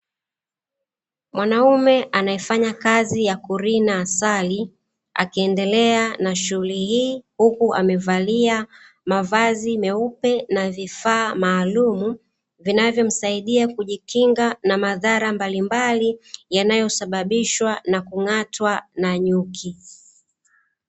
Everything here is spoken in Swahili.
Mwanaume anayefanya kazi ya kurina asali, akiendelea na shughuli hii. Huku amevalia mavazi meupe na vifaa maalumu vinavyomsaidia kujikinga na madhara mbalimbali yanayosababishwa na kung'atwa na nyuki.